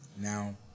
Now